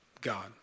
God